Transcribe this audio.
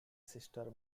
sister